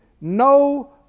no